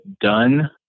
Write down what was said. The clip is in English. done